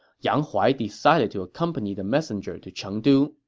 yang huai decided to accompany the messenger to chengdu.